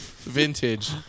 Vintage